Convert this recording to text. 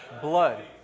Blood